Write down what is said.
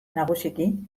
nagusiki